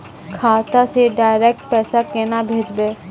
खाता से डायरेक्ट पैसा केना भेजबै?